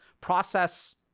process